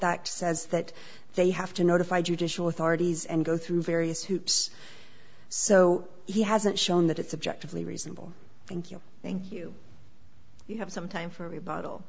that says that they have to notify judicial authorities and go through various hoops so he hasn't shown that it subjectively reasonable thank you thank you have some time for rebutt